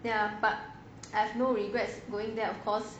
ya but I have no regrets going there of course